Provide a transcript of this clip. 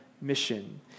mission